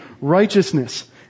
righteousness